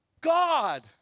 God